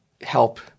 help